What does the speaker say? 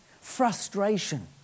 frustration